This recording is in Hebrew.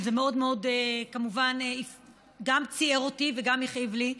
זה כמובן גם מאוד מאוד ציער אותי וגם הכאיב לי.